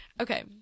Okay